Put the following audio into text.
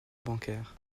bancaire